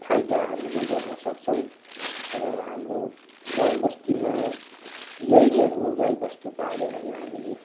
फाइदा हामीले गर्नसक्छौँ र हाम्रो गाउँबस्तीमा यही नै हो गाईबस्तु पालेर नै हामीले